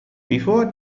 before